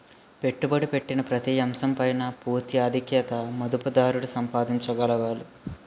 పెట్టుబడి పెట్టిన ప్రతి అంశం పైన పూర్తి ఆధిక్యత మదుపుదారుడు సంపాదించగలగాలి